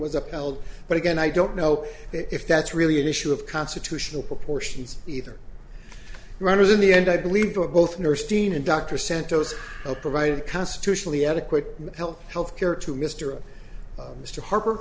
was held but again i don't know if that's really an issue of constitutional proportions either runners in the end i believe but both nurse dean and dr santos provided constitutionally adequate health health care to mr a mr harper